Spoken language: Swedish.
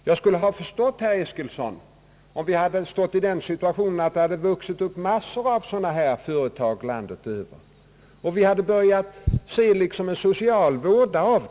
Jag skulle ha förstått herr Eskilsson om vi varit i den situationen att det vuxit upp massor av sådana företag landet över och vi hade börjat se en social våda därav.